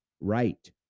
right